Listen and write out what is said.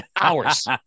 hours